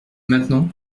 maintenant